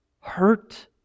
hurt